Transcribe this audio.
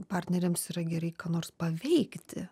partneriams yra gerai ką nors paveikti